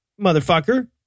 motherfucker